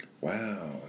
Wow